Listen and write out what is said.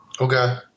Okay